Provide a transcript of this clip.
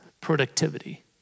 productivity